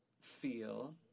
feel